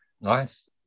Nice